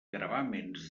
gravàmens